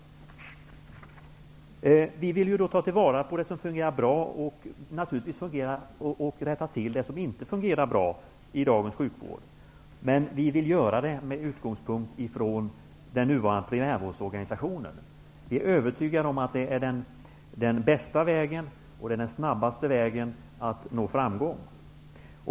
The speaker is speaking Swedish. Vi vill ta vara på det som fungerar bra och naturligtvis rätta till det som inte fungerar bra i dagens sjukvård. Men vi vill göra det med utgångspunkt ifrån den nuvarande primärvårdsorganisationen. Vi är övertygade om att det är den bästa och snabbaste vägen för att nå framgång.